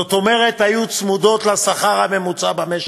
זאת אומרת, היו צמודות לשכר הממוצע במשק.